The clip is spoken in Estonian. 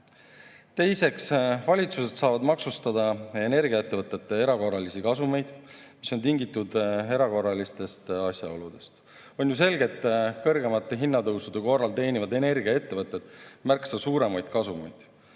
Teiseks, valitsused saavad maksustada energiaettevõtete erakorralisi kasumeid, mis on tingitud erakorralistest asjaoludest. On ju selge, et suuremate hinnatõusude korral teenivad energiaettevõtted märksa enam kasumeid.